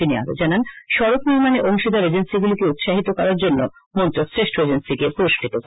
তিনি আরো জানান সডক নির্ম ানে অংশীদার এজেন্সিগুলিকে উৎসাহিত করার জন্য মন্ত্রক শ্রেষ্ঠ এজেন্সিকে পু রৃষ্ক করবে